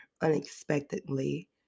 unexpectedly